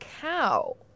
cow